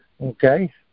okay